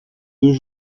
deux